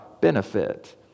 benefit